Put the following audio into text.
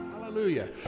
Hallelujah